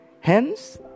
Hence